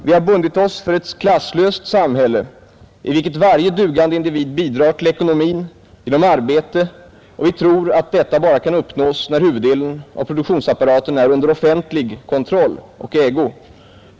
Vi har bundit oss för ett klasslöst samhälle i vilket varje dugande individ bidrar till ekonomin genom arbete, och vi tror att detta bara kan uppnås när huvuddelen av produktionsapparaten är under offentlig kontroll och ägo.